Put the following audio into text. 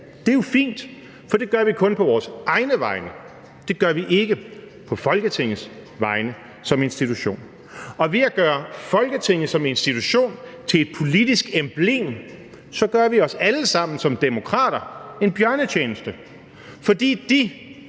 Det er jo fint, for det gør vi jo kun på vores egne vegne – det gør vi ikke på vegne af Folketinget som institution. Og ved at gøre Folketinget som institution til et politisk emblem gør vi os alle sammen som demokrater en bjørnetjeneste, for de,